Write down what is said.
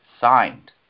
signed